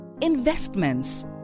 investments